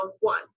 one